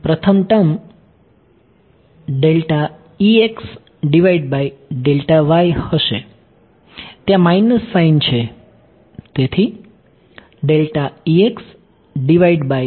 પ્રથમ ટર્મ હશે ત્યાં માઈનસ સાઇન છે